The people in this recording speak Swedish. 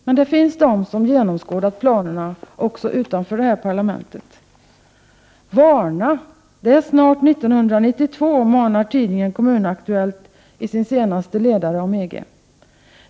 Men det finns de som har genomskådat planerna också utanför detta parlament: ”Vakna! Det är snart 1992”, manar tidningen KommunAktuellt i sin senaste ledare om EG.